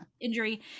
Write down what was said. injury